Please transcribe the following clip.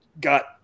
got